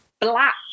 black